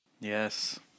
Yes